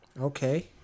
Okay